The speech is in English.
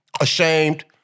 ashamed